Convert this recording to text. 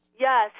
Yes